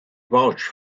vouch